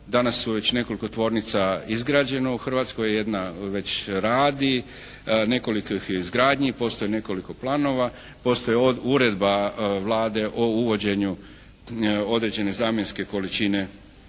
Danas su već nekoliko tvornica izgrađeno u Hrvatskoj. Jedna već radi. Nekoliko ih je u izgradnji. Postoji nekoliko planova. Postoji uredba Vlade o uvođenju određene zamjenske količine tih goriva.